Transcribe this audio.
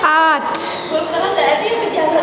आठ